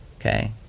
okay